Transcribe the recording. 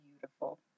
beautiful